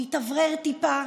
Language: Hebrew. להתאוורר טיפה.